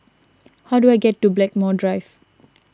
how do I get to Blackmore Drive